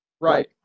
Right